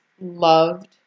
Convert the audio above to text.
loved